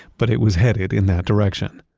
but it was headed in that direction.